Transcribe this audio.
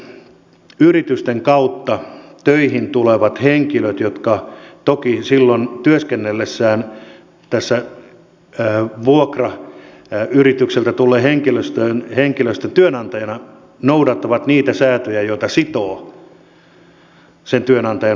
näiden vuokratyöyritysten kautta töihin tulevien henkilöiden jotka toki silloin työskentelevät tässä tai vuokra ja yritykseltä tulee henkilöstö vuokrayrityksessä työnantaja noudattaa niitä sääntöjä ja sitä sitovat sen työnantajan omat velvoitteet